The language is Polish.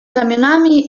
ramionami